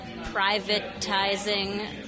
privatizing